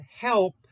help